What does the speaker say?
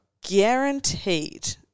guaranteed